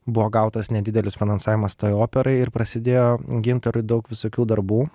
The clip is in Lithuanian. buvo gautas nedidelis finansavimas tai operai ir prasidėjo gintarui daug visokių darbų